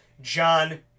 John